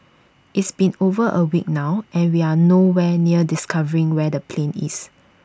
it's been over A week now and we are no where near discovering where the plane is